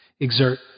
exert